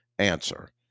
answer